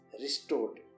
restored